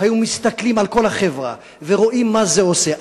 היו מסתכלים על כל החברה והיו רואים מה זה עושה.